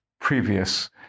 previous